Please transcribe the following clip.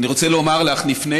אני רוצה לומר לך, לפני